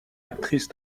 actrice